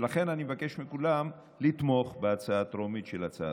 ולכן אני מבקש מכולם לתמוך בקריאה הטרומית בהצעתך.